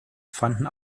fanden